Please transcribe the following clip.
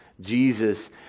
Jesus